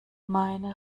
meine